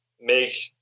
make